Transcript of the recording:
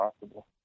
possible